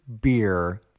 beer